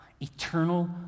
eternal